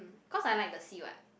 cause I like the sea [what]